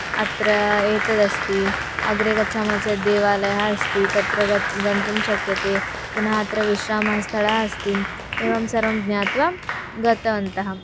अत्र एतदस्ति अग्रे गच्छामः चेत् देवालयः अस्ति तत्र गन्तुं गन्तुं शक्यते पुनः अत्र विश्रामस्थलम् अस्ति एवं सर्वं ज्ञात्वा गतवन्तः